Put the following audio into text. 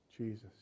Jesus